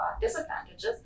disadvantages